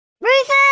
Rufus